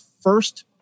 first